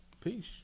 Peace